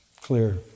clear